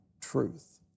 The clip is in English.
truth